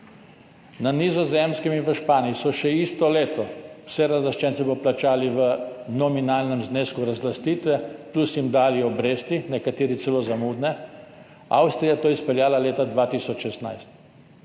Na Nizozemskem in v Španiji so še isto leto vse razlaščence poplačali v nominalnem znesku razlastitve in jim dali obresti, nekateri celo zamudne, Avstrija je to izpeljala leta 2016.